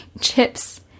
chips